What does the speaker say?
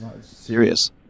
Serious